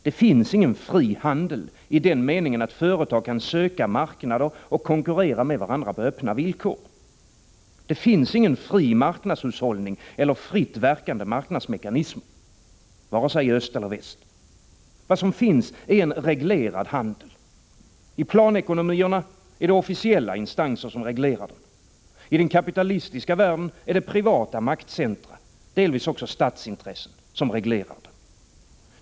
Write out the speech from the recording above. Det finns ingen fri handel, i den meningen att företag kan söka marknader och konkurrera med varandra på öppna villkor. Det finns ingen fri marknadshushållning eller fritt verkande marknadsmekanismer, vare sig i öst eller i väst. Vad som finns är en reglerad handel. I planekonomierna är det officiella instanser som reglerar den. I den kapitalistiska världen är det privata maktcentra, delvis också statsintressen, som reglerar den.